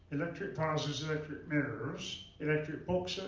electric vases, electric mirrors, electric books,